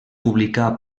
publicà